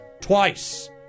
twice